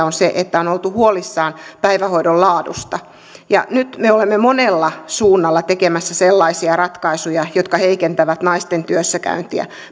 on se että on oltu huolissaan päivähoidon laadusta nyt me olemme monella suunnalla tekemässä sellaisia ratkaisuja jotka heikentävät naisten työssäkäyntiä